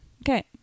Okay